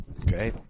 Okay